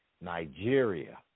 Nigeria